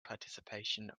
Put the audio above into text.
participation